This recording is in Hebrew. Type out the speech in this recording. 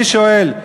אני שואל,